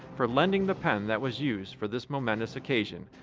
for lending the pen that was used for this momentous occasion,